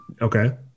Okay